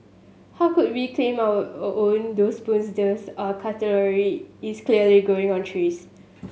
how could we claim our own those spoons these are cutlery is clearly growing on trees